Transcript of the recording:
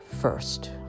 first